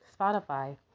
spotify